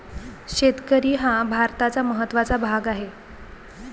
शेतकरी हा भारताचा महत्त्वाचा भाग आहे